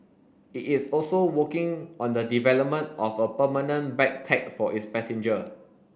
it is also working on the development of a permanent bag tag for its passenger